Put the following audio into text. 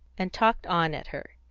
and talked on at her,